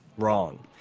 wrong.